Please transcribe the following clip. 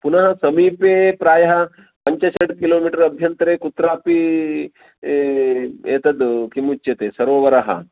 पुनः समीपे प्रायः पञ्चषट् किलोमीटर् अभ्यन्तरे कुत्रापि एतद् किमुच्यते सरोवरः